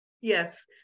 Yes